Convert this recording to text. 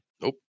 Nope